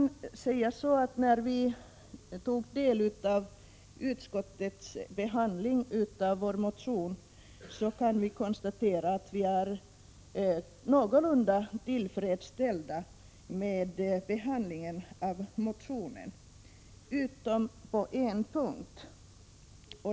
När vi tog del av utskottets behandling av vår motion kunde vi konstatera att vi var någorlunda tillfredsställda med behandlingen, utom på en punkt.